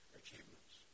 achievements